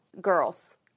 Girls